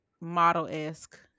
model-esque